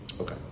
Okay